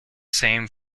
same